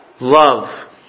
love